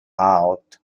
out